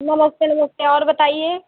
नमस्ते नमस्ते और बताइए